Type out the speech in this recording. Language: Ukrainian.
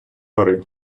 гори